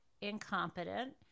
incompetent